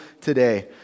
today